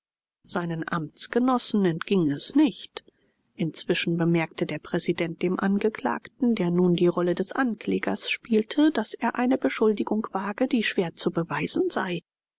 seinen amtsgenossen entging es nicht inzwischen bemerkte der präsident dem angeklagten der nun die rolle des anklägers spielte daß er eine beschuldigung wage die schwer zu beweisen sei